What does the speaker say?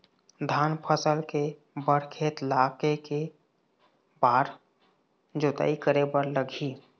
धान फसल के बर खेत ला के के बार जोताई करे बर लगही?